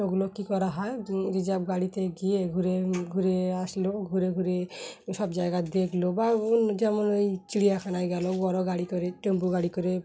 ওগুলো কী করা হয় রিজার্ভ গাড়িতে গিয়ে ঘুরে ঘুরে আসলো ঘুরে ঘুরে সব জায়গা দেখল বা যেমন ওই চিড়িয়াখানায় গেল বড়ো গাড়ি করে টেম্পু গাড়ি করে